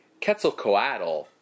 Quetzalcoatl